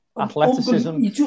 Athleticism